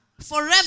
Forever